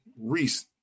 Reese